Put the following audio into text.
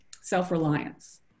self-reliance